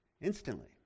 instantly